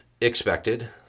expected